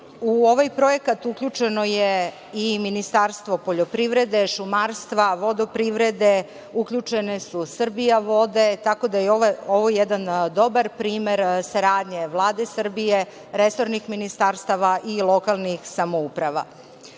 U ovaj projekat uključeno je i Ministarstvo poljoprivrede, šumarstva, vodoprivrede, uključene su "Srbijavode", tako da je ovo jedan dobar primer saradnje Vlade Srbije, resornih ministarstava i lokalnih samouprava. Očekuje